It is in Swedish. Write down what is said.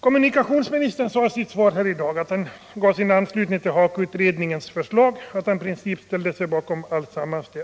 Kommunikationsministern sade i sitt svar i dag att han i princip helt ställer sig bakom HAKO-utredningens förslag.